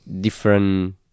different